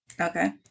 Okay